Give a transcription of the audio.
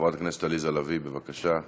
חברת הכנסת עליזה לביא, בבקשה.